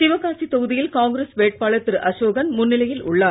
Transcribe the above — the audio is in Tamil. சிவகாசிதொகுதியில்காங்கிரஸ்வேட்பாளர்திரு அசோகன்முன்னிலையில்உள்ளார்